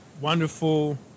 wonderful